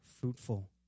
fruitful